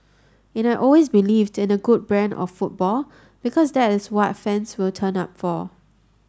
and I always believed in a good brand of football because that is what fans will turn up for